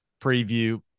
preview